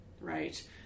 right